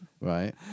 Right